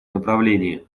направлении